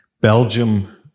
Belgium